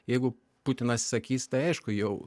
jeigu putinas sakys tai aišku jau